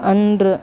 அன்று